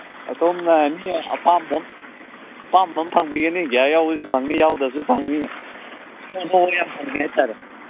ꯑꯗꯣꯝꯅ ꯑꯦꯅꯤ ꯑꯄꯥꯝꯕ ꯑꯃ ꯑꯄꯥꯝꯕ ꯑꯃ ꯐꯪꯕꯤꯒꯅꯤ ꯒ꯭ꯌꯥꯔ ꯌꯥꯎꯕꯤꯁꯨ ꯐꯪꯅꯤ ꯌꯥꯎꯗꯕꯁꯨ ꯐꯪꯅꯤ ꯐꯪꯅꯤ ꯍꯥꯏ ꯇꯥꯔꯦ